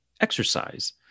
exercise